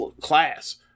class